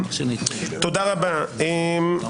אנחנו מכניסים את האנשים, אנחנו מכניסים את כולם.